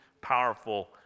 powerful